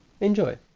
enjoy